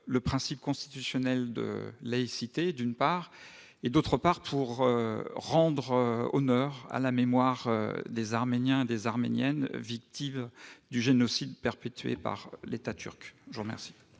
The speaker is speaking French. le principe constitutionnel de laïcité, d'une part, et, d'autre part, pour honorer la mémoire des Arméniens et des Arméniennes victimes du génocide perpétré par l'État turc. La parole